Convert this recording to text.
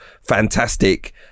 fantastic